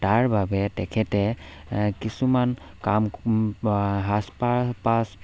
তাৰ বাবে তেখেতে কিছুমান কাম সাজ পা পাছ